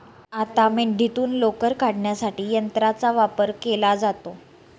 आता मेंढीतून लोकर काढण्यासाठी यंत्राचा वापर केला जातो